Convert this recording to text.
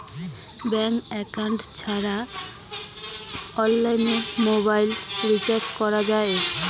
Bank account ছাড়া কি অনলাইনে মোবাইল রিচার্জ করা যায়?